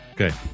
Okay